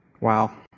Wow